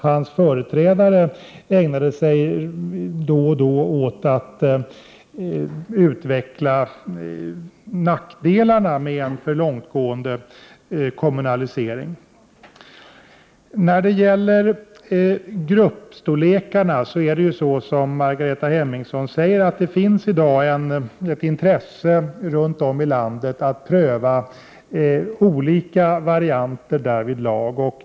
Hans företrädare ägnade sig då och då åt att utveckla nackdelarna med en för långtgående kommunalisering. I dag finns det, som Margareta Hemmingsson säger, ett intresse runt om i landet att pröva olika varianter av gruppstorlekar.